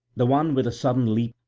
the one, with a sudden leap,